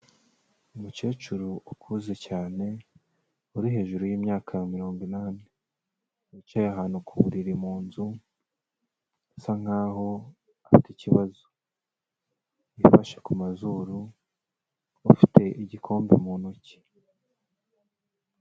Umukecuru ukuze cyane, uri hejuru y'imyaka mirongo inani, wicaye ahantu ku buriri mu nzu, asa nk'aho afite ikibazo, yifashe ku mazuru, afite igikombe mu ntoki.